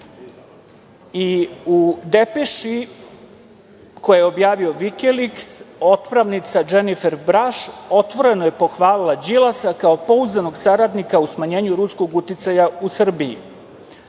i u depeši koju je objavio Vikiliks otpravnica Dženifer Braš otvoreno je pohvalila Đilasa kao pouzdanog saradnika u smanjenju ruskog uticaja u Srbiji.